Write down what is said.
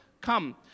come